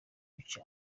ibice